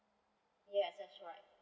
yes that's right